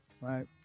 right